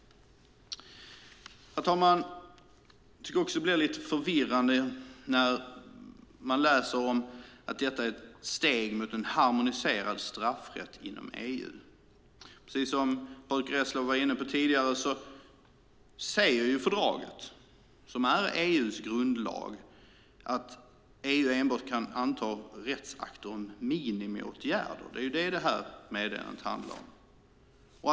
Herr talman! Jag tycker också att det blir lite förvirrande när man läser att detta är ett steg mot en harmoniserad straffrätt inom EU. Precis som Patrick Reslow var inne på tidigare säger fördraget, som är EU:s grundlag, att EU enbart kan anta rättsakter om minimiåtgärder. Det är det som meddelandet handlar om.